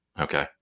Okay